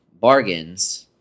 bargains